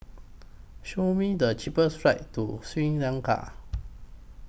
Show Me The cheapest flights to Sri Lanka